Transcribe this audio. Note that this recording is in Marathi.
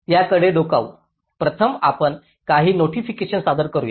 त्याकडे डोकावू प्रथम आपण काही नोटिफिकेशन सादर करूया